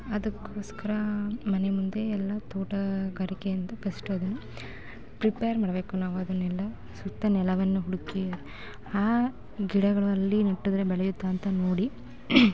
ಅದಕ್ಕೋಸ್ಕರ ಮನೆ ಮುಂದೆ ಎಲ್ಲ ತೋಟಗಾರಿಕೆಯಿಂದ ಪಸ್ಟ್ ಅದನ್ನು ಪ್ರಿಪ್ಯಾರ್ ಮಾಡಬೇಕು ನಾವದನ್ನೆಲ್ಲ ಸುತ್ತ ನೆಲವನ್ನು ಹುಡುಕಿ ಆ ಗಿಡಗಳು ಅಲ್ಲಿ ನೆಟ್ಟರೆ ಬೆಳೆಯುತ್ತಾ ಅಂತ ನೋಡಿ